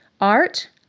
Art